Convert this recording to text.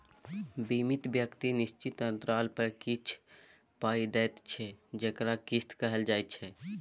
बीमित व्यक्ति निश्चित अंतराल पर किछ पाइ दैत छै जकरा किस्त कहल जाइ छै